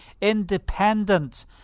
independent